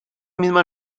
misma